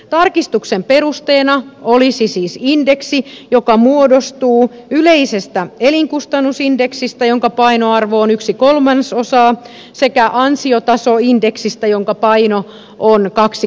tarkistuksen perusteena olisi siis indeksi joka muodostuu yleisestä elinkustannusindeksistä jonka painoarvo on yksi kolmasosa sekä ansiotasoindeksistä jonka paino on kaksi kolmannesta